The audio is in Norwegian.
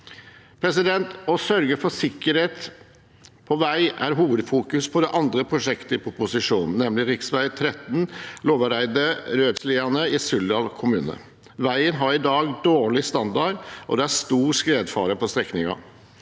Å sørge for sikkerhet på vei er hovedfokuset i det andre prosjektet i proposisjonen, nemlig rv. 13 Lovraeidet–Rødsliane i Suldal kommune. Veien har i dag dårlig standard, og det er stor skredfare på strekningen.